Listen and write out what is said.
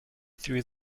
threw